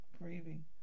breathing